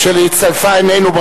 אשר הצטרפה אלינו.